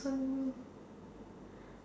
hmm